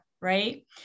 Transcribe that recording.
right